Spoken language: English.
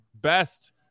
best